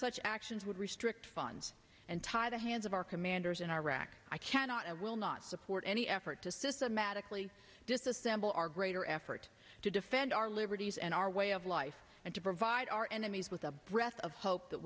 such actions would restrict funds and tie the hands of our commanders in iraq i cannot and will not support any effort to systematically disassemble our greater effort to defend our liberties and our way of life and to provide our enemies with a breath of hope that